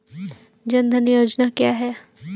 जनधन योजना क्या है?